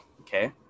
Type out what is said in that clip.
Okay